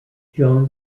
john